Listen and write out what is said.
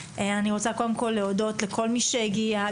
אני רוצה קודם כל להודות לכל מי שהגיע,